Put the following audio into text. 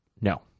no